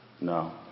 No